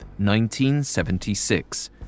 1976